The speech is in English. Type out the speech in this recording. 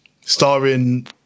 starring